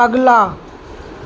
اگلا